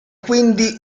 quindi